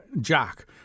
Jack